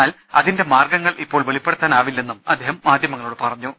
എന്നാൽ അതിന്റെ മാർഗ്ഗങ്ങൾ ഇപ്പോൾ വെളിപ്പെടുത്താനാവില്ലെന്നും അദ്ദേഹം മാധ്യമങ്ങളോട് പറഞ്ഞു